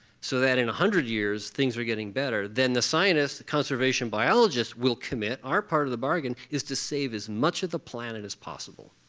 so that in one hundred years things are getting better, then the scientists, the conservation biologists will commit. our part of the bargain is to save as much of the planet as possible.